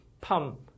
pump